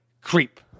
creep